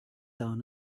out